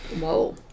Whoa